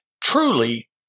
truly